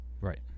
Right